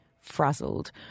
frazzled